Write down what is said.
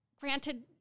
granted